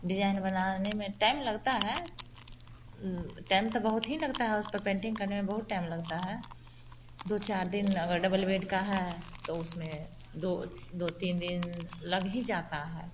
design बनाने में time लगता है टाइम तो बहुत ही लगता है उस पर पेंटिंग करने में बहुत टाइम लगता है दो चार दिन अगर डबल बेड का है तो उसमें दो दो तीन दिन लग ही जाता है